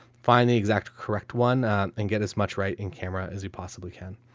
find the exact correct one and get as much right in camera as we possibly can.